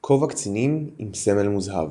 כובע קצינים עם סמל מוזהב.